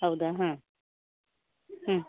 ಹೌದಾ ಹಾಂ ಹ್ಞೂ